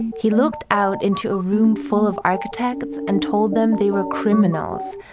he looked out into a room full of architects, and told them they were criminals,